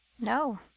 No